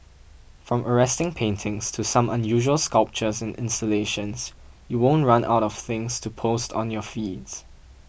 from arresting paintings to some unusual sculptures and installations you won't run out of things to post on your feeds